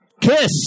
Kiss